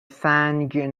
سنگ